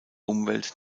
umwelt